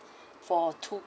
for two